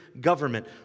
government